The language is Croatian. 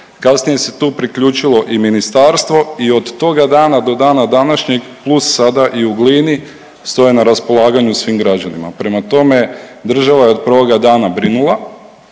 kasnije se tu priključilo i ministarstvo. I od toga dana do dana današnjeg plus sada i u Glini stoje na raspolaganju svim građanima. Prema tome, država je od prvoga dana brinula,